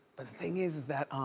the thing is that